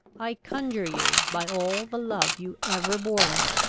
i conjure you, by all the love you ever bore me,